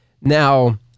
Now